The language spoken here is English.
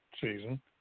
season